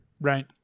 Right